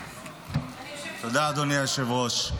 תודה, אדוני היושב-ראש.